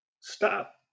Stop